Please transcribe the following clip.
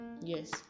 Yes